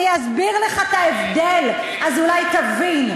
אני אסביר לך את ההבדל, אולי תבין.